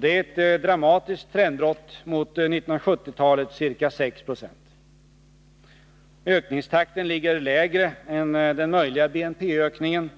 Det är ett dramatiskt trendbrott mot 1970-talets ca 6 Jo. Ökningstakten ligger lägre än den möjliga BNP-ökningen,